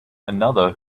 another